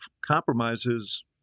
compromises